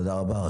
תודה רבה.